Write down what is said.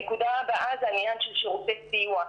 הנקודה הבאה היא העניין של שירותי סיוע.